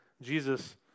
Jesus